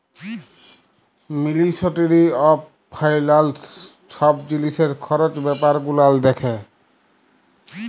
ministry of finance ছব জিলিসের খরচ ব্যাপার গুলান দ্যাখে